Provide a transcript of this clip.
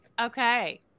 Okay